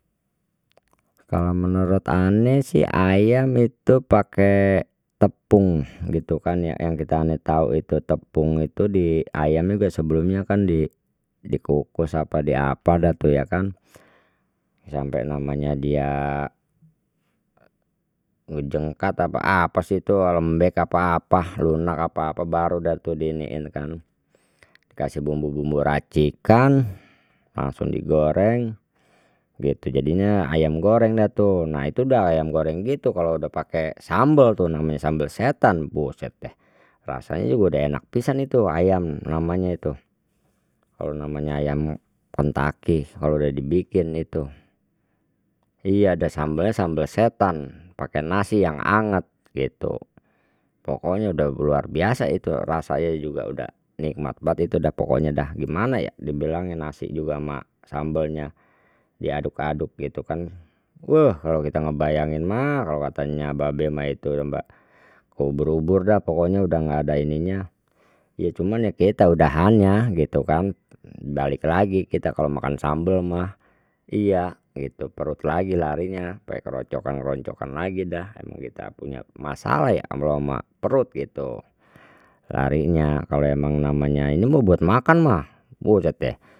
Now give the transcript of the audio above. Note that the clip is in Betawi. Kalau menurut ane si ayam itu pake tepung gitu kan ya yang kita ane tahu itu tepung itu di ayam juga sebelumnya kan dikukus apa di apa dah tu ya kan, sampai namanya dia ngejengkat apa apa sih itu lembek apa apa lunak apa apa baru da tu diiniin kan dikasih bumbu bumbu racikan langsung digoreng gitu jadinya ayam goreng dah tuh, nah itu udah ayam goreng gitu kalau udah pakai sambal tuh namanya sambal setan buset deh rasanya juga sudah enak pisan itu ayam namanya itu, kalau namanya ayam kentakih kalau udah dibikin itu, iya ada sambel sambel setan pake nasi yang anget gitu pokoknya udah luar biasa itu, rasanya juga udah nikmat baet itu dah pokoknya dah gimana ya dibilangin nasi juga ma sambelnya diaduk aduk gitu kan wuh kalau kita ngebayangin mah kalau katanya babeh mah itu cobak kubur ubur dah pokoknya udah enggak ada ininya ya cuma ya kita udah hanya gitu kan balik lagi kita kalau makan sambal mah, iya gitu perut lagi larinya kayak kerocokan kerocokan lagi dah emang kita punya masalah ya amploma perut gitu larinya kalau memang namanya ini mah buat makan mah buset deh.